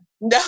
no